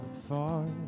far